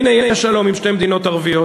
הנה, יש שלום עם שתי מדינות ערביות.